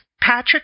Patrick